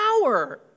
power